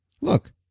Look